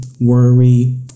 worry